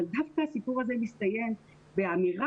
אבל דווקא הסיפור הזה מסתיים באמירה